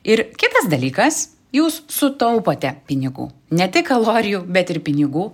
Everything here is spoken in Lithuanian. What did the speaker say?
ir kitas dalykas jūs sutaupote pinigų ne tik kalorijų bet ir pinigų